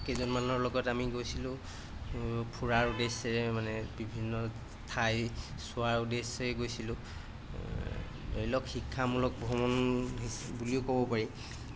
কেইজনমানৰ লগত আমি গৈছিলোঁ ফুৰাৰ উদ্দেশ্য মানে বিভিন্ন ঠাই চোৱাৰ উদ্দেশ্যেই গৈছিলোঁ লওক শিক্ষামূলক ভ্ৰমণ হি বুলিও ক'ব পাৰি